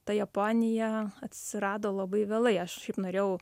ta japonija atsirado labai vėlai aš šiaip norėjau